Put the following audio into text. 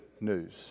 news